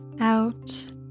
out